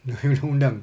dia orang punya undang